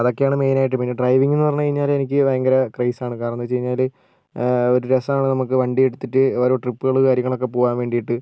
അതൊക്കെ ആണ് മെയിൻ ആയിട്ട് പിന്നെ ഡ്രൈവിങ്ങ് എന്ന് പറഞ്ഞു കഴിഞ്ഞാൽ എനിക്ക് ഭയങ്കര ക്രെയ്സ് ആണ് കാരണം എന്ന് വെച്ച് കഴിഞ്ഞാൽ ഒരു രസമാണ് നമുക്ക് വണ്ടി എടുത്തിട്ട് ഓരോ ട്രിപ്പുകൾ കാര്യങ്ങളൊക്കെ പോകാൻ വേണ്ടിയിട്ട്